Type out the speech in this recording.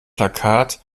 plakat